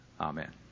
Amen